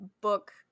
book